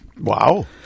Wow